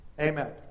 Amen